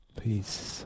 peace